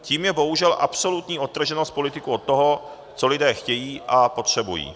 Tím je bohužel absolutní odtrženost politiků od toho, co lidé chtějí a potřebují.